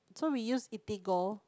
so we used Eatigo